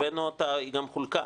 הבאנו אותה והיא גם חולקה,